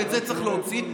ואת זה צריך להוציא,